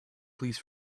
please